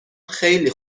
خیلی